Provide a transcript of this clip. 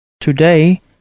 Today